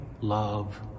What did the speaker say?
love